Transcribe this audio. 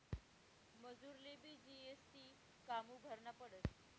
मजुरलेबी जी.एस.टी कामु भरना पडस?